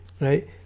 right